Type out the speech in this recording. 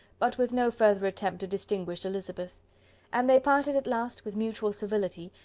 but with no further attempt to distinguish elizabeth and they parted at last with mutual civility,